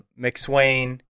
McSwain